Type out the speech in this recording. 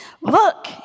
look